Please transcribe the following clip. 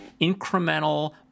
incremental